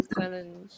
challenge